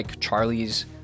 Charlie's